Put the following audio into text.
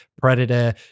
Predator